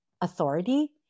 authority